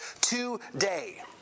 today